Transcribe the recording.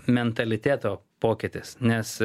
mentaliteto pokytis nes